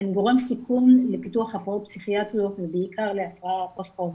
הם גורם סיכון לפיתוח הפרעות פסיכיאטריות ובעיקר להפרעה פוסט-טראומטית.